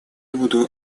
буду